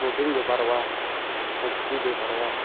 protein ଦେଇପାର୍ବା ଶକ୍ତି ଦେଇପାର୍ବା